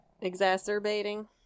exacerbating